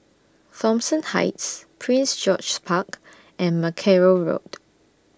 Thomson Heights Prince George's Park and Mackerrow Road